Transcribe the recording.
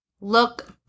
Look